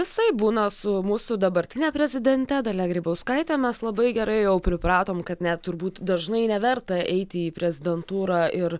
visaip būna su mūsų dabartine prezidente dalia grybauskaite mes labai gerai jau pripratom kad net turbūt dažnai neverta eiti į prezidentūrą ir